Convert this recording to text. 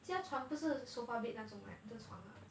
加床不是 sofa bed 那种 like 的床 ah